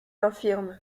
infirme